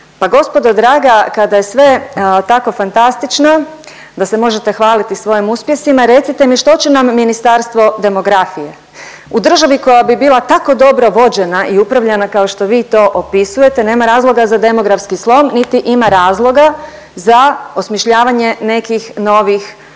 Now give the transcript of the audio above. pa gospodo draga kada je tako fantastično da se možete hvaliti svojim uspjesima recite mi što će nam Ministarstvo demografije? U državi koja bi bila tako dobro vođena i upravljana kao što vi to opisujete nema razloga za demografski slom niti ima razloga za osmišljavanje nekih novih